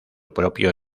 propio